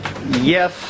Yes